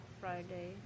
Friday